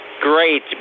great